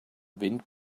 wind